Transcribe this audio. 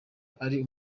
ari